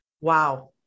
wow